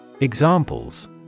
Examples